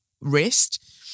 wrist